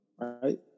Right